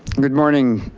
good morning,